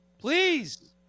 Please